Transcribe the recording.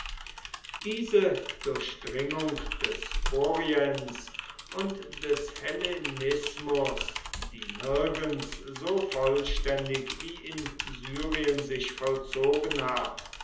diese durchdringung des orients und des hellenismus die nirgends so vollständig wie in syrien sich vollzogen hat